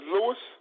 Lewis